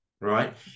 right